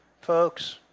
folks